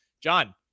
John